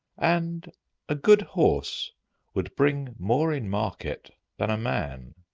and a good horse would bring more in market than a man.